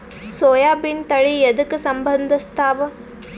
ಸೋಯಾಬಿನ ತಳಿ ಎದಕ ಸಂಭಂದಸತ್ತಾವ?